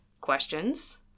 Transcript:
questions